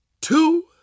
two